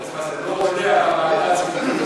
זה לא עולה לוועדה הציבורית הזאת?